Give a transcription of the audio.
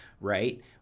right